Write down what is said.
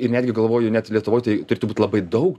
ir netgi galvoju net lietuvoj tai turėtų būt labai daug